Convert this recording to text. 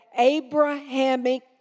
Abrahamic